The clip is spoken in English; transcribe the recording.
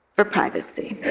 for privacy.